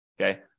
Okay